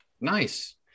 Nice